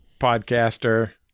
podcaster